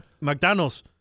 McDonald's